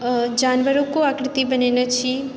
जानवरोके आकृति बनेने छी